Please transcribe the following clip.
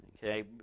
Okay